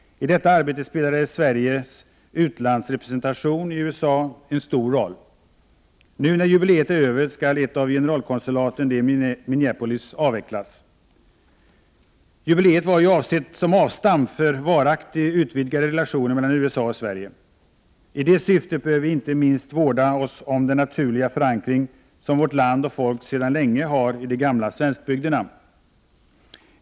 I detta arbete spelade Sveriges utlandsrepresentation i USA en stor roll. Nu när jubileet är över skall ett av generalkonsulaten, det i Minneapolis, avvecklas. Jubileet var ju avsett som avstamp för varaktigt utvidgade relationer mellan USA och Sverige. I det syftet bör vi inte minst vårda oss om den naturliga förankring som vårt land och folk sedan länge har i de gamla svenskbygderna.